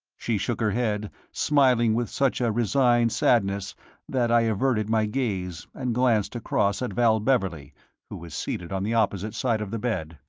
she shook her head, smiling with such a resigned sadness that i averted my gaze and glanced across at val beverley who was seated on the opposite side of the bed.